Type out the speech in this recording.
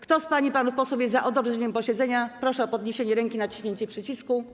Kto z pań i panów posłów jest za odroczeniem posiedzenia, proszę o podniesienie ręki i naciśnięcie przycisku.